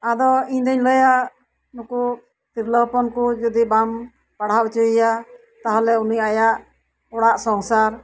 ᱟᱫᱚ ᱤᱧ ᱫᱚᱧ ᱞᱟᱹᱭᱟ ᱱᱩᱠᱩ ᱛᱤᱨᱞᱟᱹ ᱦᱚᱯᱚᱱ ᱠᱚ ᱡᱩᱫᱤ ᱵᱟᱝ ᱯᱟᱲᱦᱟᱣ ᱪᱚᱭ ᱭᱟ ᱛᱟᱦᱞᱮ ᱩᱱᱤ ᱟᱭᱟᱜ ᱚᱲᱟᱜ ᱥᱚᱝᱥᱟᱨ